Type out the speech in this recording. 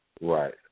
Right